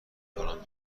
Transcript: کنم